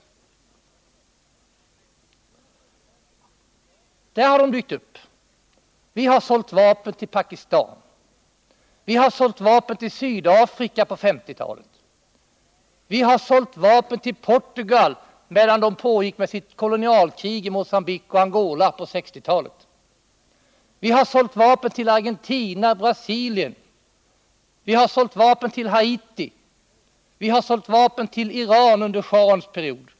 I sådana stater har svenska vapen dykt upp. Vi har sålt vapen till Pakistan. Vi har sålt vapen till Sydafrika på 1950-talet. Vi har sålt vapen till Portugal under dess kolonialkrig med Mogambique och Angola på 1960-talet. Vi har sålt vapen till Argentina och Brasilien. Vi har sålt vapen till Haiti. Vi har sålt vapen till Iran under schahens period.